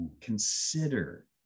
consider